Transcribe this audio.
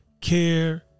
care